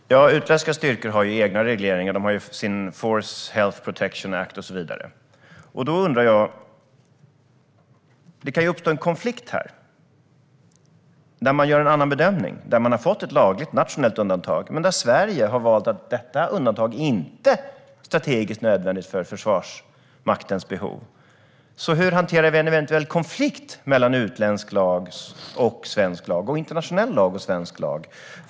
Herr talman! Utländska styrkor har egna regleringar. De har sin Force Health Protection Act och så vidare. Då har jag en undran när det gäller att det kan uppstå en konflikt i detta sammanhang, där man gör en annan bedömning och där man har fått ett lagligt nationellt undantag men där Sverige har valt att detta undantag inte är strategiskt nödvändigt för Försvarsmaktens behov. Hur hanterar vi en eventuell konflikt mellan utländsk lag och svensk lag, mellan internationell lag och svensk lag?